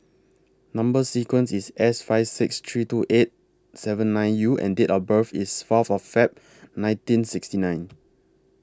Number sequence IS S five six three two eight seven nine U and Date of birth IS Fourth of Feb nineteen sixty nine